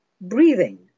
breathing